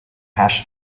hash